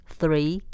three